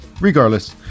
Regardless